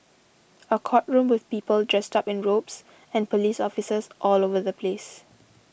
a courtroom with people dressed up in robes and police officers all over the place